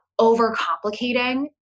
overcomplicating